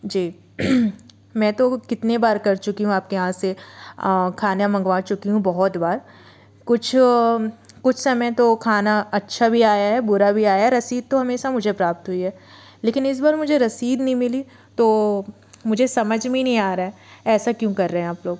जी मैं तो कितनी बार कर चुकी हूँ आपके यहाँ से खाना मंगवा चुकी हूँ बहुत बार कुछ कुछ समय तो खाना अच्छा भी आया है बुरा भी आया है रसीद तो हमेशा मुझे प्राप्त हुई है लेकिन इस बार मुझे रसीद नहीं मिली तो मुझे समझ में नहीं आ रहा है ऐसा क्यों कर रहे हैं आप लोग